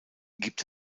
gibt